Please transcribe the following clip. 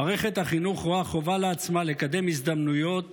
מערכת החינוך רואה חובה לעצמה לקדם הזדמנויות